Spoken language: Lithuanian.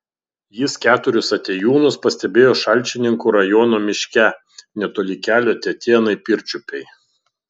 jis keturis atėjūnus pastebėjo šalčininkų rajono miške netoli kelio tetėnai pirčiupiai